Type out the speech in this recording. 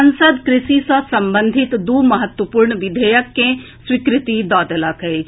संसद कृषि सँ संबंधित दू महत्वपूर्ण विधेयक के स्वीकृति दऽ देलक अछि